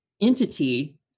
entity